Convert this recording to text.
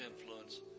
influence